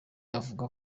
avuga